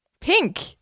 Pink